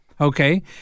okay